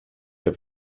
der